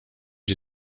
die